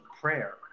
prayer